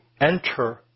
enter